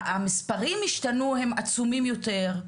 המספרים השתנו, הם עצומים יותר.